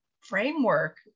framework